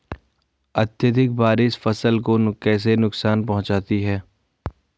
अत्यधिक बारिश फसल को कैसे नुकसान पहुंचाती है?